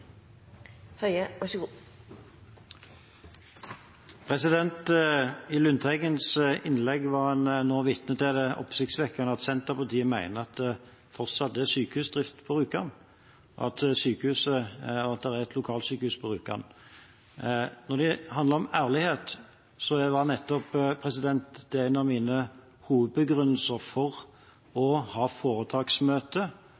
I Lundteigens innlegg var en nå vitne til det oppsiktsvekkende at Senterpartiet mener at det fortsatt er sykehusdrift på Rjukan, at det er et lokalsykehus på Rjukan. Når det handler om ærlighet, var nettopp det en av mine hovedbegrunnelser for